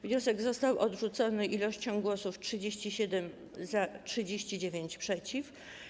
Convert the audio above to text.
Wniosek został odrzucony stosunkiem głosów: 37 - za, 39 - przeciw.